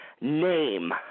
name